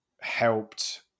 helped